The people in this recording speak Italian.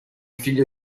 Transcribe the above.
figlio